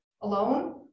alone